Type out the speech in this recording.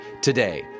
today